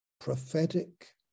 prophetic